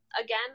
again